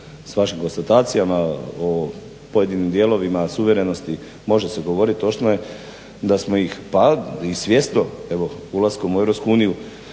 sa vašim konstatacijama o pojedinim dijelovima suverenosti može se govoriti točno je, da smo ih pa i svjesno evo ulaskom EU